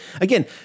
again